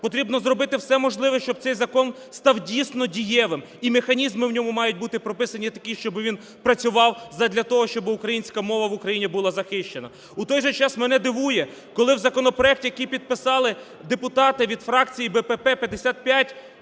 потрібно зробити все можливе, щоб цей закон став дійсно дієвим і механізми в ньому мають бути прописані такі, щоби він працював задля того, щоби українська мова в Україні була захищена. У той же час мене дивує, коли в законопроект, який підписали депутати від фракції БПП,